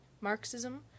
Marxism